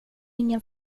ingen